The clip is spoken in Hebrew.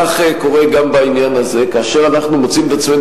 כך קורה גם בעניין הזה כאשר אנחנו מוצאים את עצמנו